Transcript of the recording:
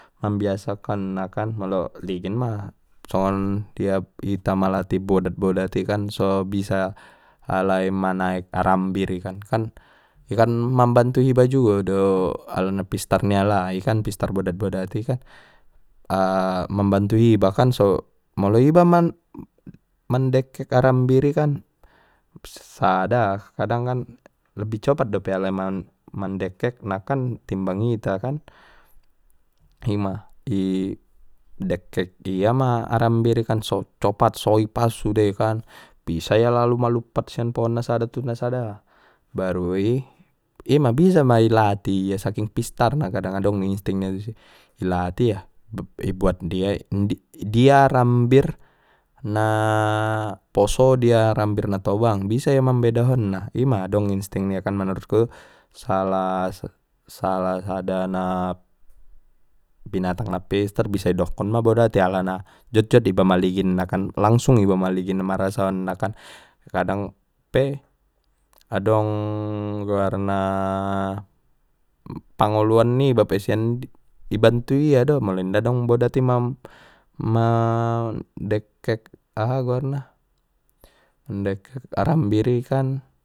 Mambiasa kon na kan molo i ligin ma songon tiap ita malatih bodat bodati kan so bisa alai manaek arambir i kan, kan i kan mambantu hiba juo do alana pistar ni alai kan pistar bodat bodat i kan, mambantu hiba kan so molo iba man-mandekek arambir i kan sada kadang kan lobih copat dope alai man-mandekekna kan timbang ita kan, hima i dekek ia ma arambir socopat so ipas sude kan bisa lalu ia maluppat sian pohon na sada tu na sada baru i ima bisa ma i latih ia saking pistar na kadang adong ni insting nia disi ilatih ibuat ia arambir na poso dia arambir na tobang bisa hia mambedahon na ima adong insting nia kan manurutku salah salah sada na binatang na pistar bisa i dokkon ma bodat i alana jotjot iba maligin na kan langsung iba maligin marasaon na kan kadang pe, adong goarna pangoluan niba pe sian ibantu iado molo inda dong bodat i mam-mandekek aha goarna, mandekek arambir i kan.